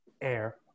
Air